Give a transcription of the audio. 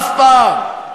אף פעם.